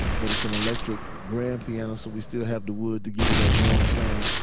but it's an electric grand piano so we still have the wood to give you that warm sound.